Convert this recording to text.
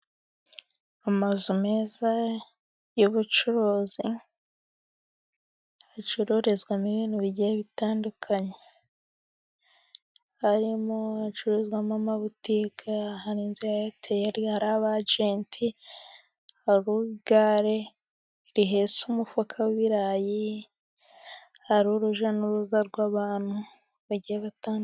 Amazu meza y'ubucuruzi, acururizwamo ibintu igihe bitandukanye. Arimo acururizwamo amabutike, hari inzu ya eyateri, hari aba ajenti, hari igare rihetse umufuka w'ibirayi. Hari urujya n'uruza rw'abantu bagiye batandukanye.